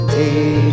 day